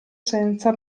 senza